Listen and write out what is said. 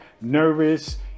nervous